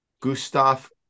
Gustav